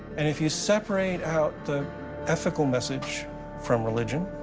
and if you separate out the ethical message from religion,